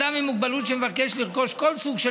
אדם עם מוגבלות שמבקש לרכוש כל סוג של